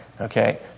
Okay